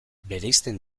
bereizten